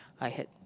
I had